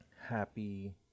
happy